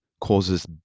causes